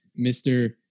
Mr